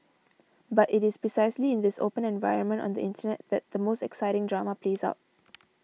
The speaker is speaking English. but it is precisely in this open environment on the Internet that the most exciting drama plays out